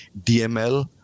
dml